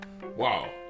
Wow